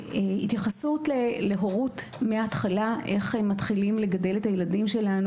התייחסות להורות מההתחלה: איך מתחילים לגדל את הילדים שלנו